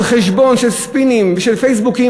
של ספינים ושל פייסבוקים,